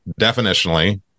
definitionally